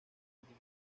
dibujo